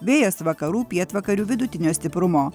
vėjas vakarų pietvakarių vidutinio stiprumo